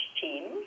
team